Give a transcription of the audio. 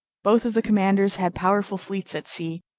both of the commanders had powerful fleets at sea,